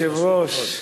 אדוני היושב-ראש,